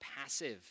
passive